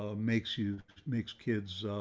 ah makes you makes kids,